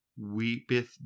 weepeth